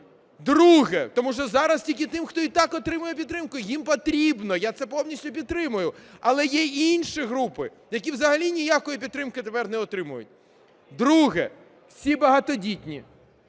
Друге. Тому що зараз тільки тим, хто і так отримує підтримку, їм потрібно, я це повністю підтримую, але є і інші групи, які взагалі ніякої підтримки тепер не отримують. Друге. Всі багатодітні.